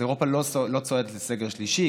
אז אירופה לא צועדת לסגר שלישי,